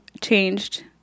changed